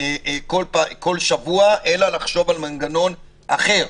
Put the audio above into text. בכל שבוע אלא לחשוב על מנגנון אחר.